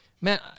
man